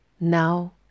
now